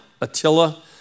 Attila